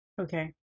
Okay